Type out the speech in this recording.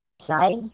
side